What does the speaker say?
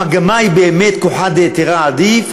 המגמה היא באמת כוחא דהיתרא עדיף,